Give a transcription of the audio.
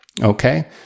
okay